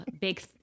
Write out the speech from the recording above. big